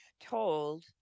told